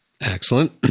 Excellent